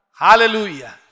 Hallelujah